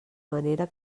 manera